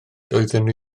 doeddwn